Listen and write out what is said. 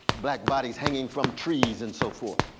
black bodies hanging from trees and so forth.